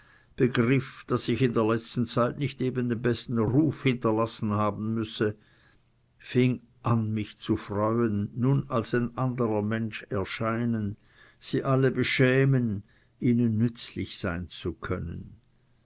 begriff daß ich in der letzten zeit eben nicht den besten ruf hinterlassen haben müsse fing an mich zu freuen nun als ein anderer mensch erscheinen sie alle beschämen ihnen nützlich sein zu können